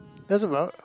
that's about